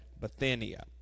Bithynia